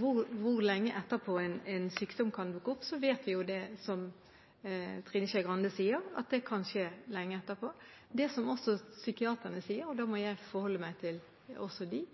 hvor lenge etterpå en sykdom kan dukke opp, vet vi, som Trine Skei Grande sier, at det kan skje lenge etterpå. Det som også psykiaterne sier, jeg må også forholde meg til dem,